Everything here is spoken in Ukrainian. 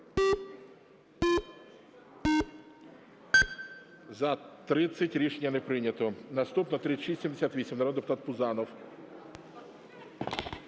За-30 Рішення не прийнято. Наступна – 3678, народний депутат Пузанов.